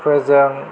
फोजों